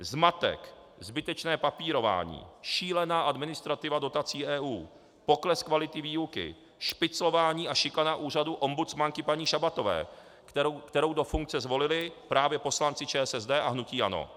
Zmatek, zbytečné papírování, šílená administrativa dotací EU, pokles kvality výuky, špiclování a šikana úřadu ombudsmanky paní Šabatové, kterou do funkce zvolili právě poslanci ČSSD a hnutí ANO.